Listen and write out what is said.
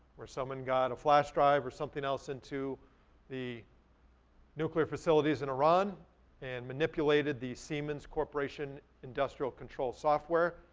where someone got a flash drive or something else into the nuclear facilities in iran and manipulated the siemens corporation industrial control software,